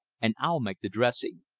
and i'll make the dressing.